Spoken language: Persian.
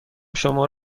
شما